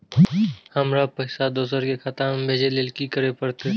हमरा पैसा दोसर के खाता में भेजे के लेल की करे परते?